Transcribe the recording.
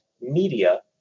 media